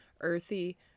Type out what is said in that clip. earthy